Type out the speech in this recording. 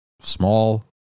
small